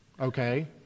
Okay